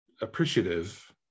appreciative